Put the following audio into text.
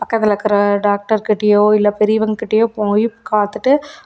பக்கத்தில் இருக்கிற டாக்டர்கிட்டையோ இல்லை பெரியவங்ககிட்டையோ போய் பார்த்துட்டு அப்போ